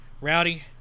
Rowdy